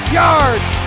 yards